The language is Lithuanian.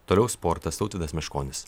toliau sportas tautvydas meškonis